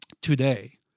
today